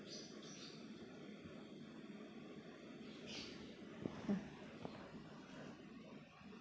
ah